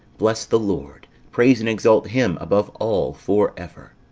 bless the lord praise and exalt him above all for ever.